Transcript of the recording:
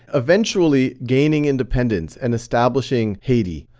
eventually gaining independence and establishing haiti.